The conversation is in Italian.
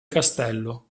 castello